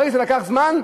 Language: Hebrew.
ברגע שזה לקח זמן,